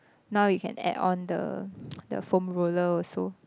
now you can add on the the foam roller also